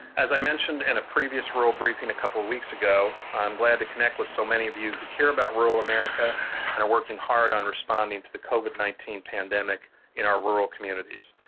as i mentioned in and a previous rural briefing a couple of weeks ago, i am glad to connect with so many of you who care about rural america and are working hard on responding to the covid nineteen pandemic in our rural communities.